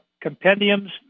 compendiums